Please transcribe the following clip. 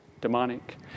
demonic